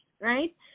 right